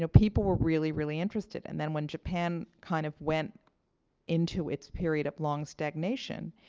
so people were really, really interested. and then, when japan kind of went into its period of long stagnation,